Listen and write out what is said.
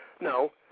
No